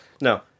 no